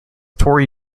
tony